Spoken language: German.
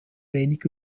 wenig